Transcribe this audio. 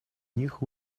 них